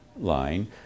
line